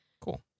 Cool